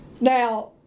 Now